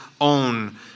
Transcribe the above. own